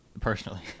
personally